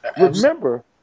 Remember